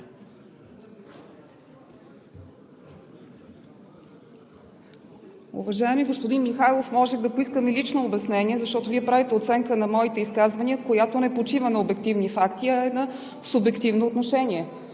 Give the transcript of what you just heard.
Уважаеми господин Михайлов, можех да поискам и лично обяснение, защото Вие правите оценка на моите изказвания, която не почива на обективни факти, а на субективно отношение.